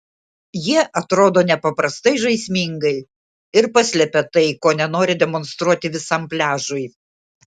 jie atrodo nepaprastai žaismingai ir paslepia tai ko nenori demonstruoti visam pliažui